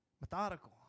methodical